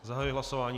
Zahajuji hlasování.